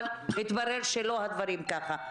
אבל התברר שהדברים לא ככה.